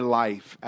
life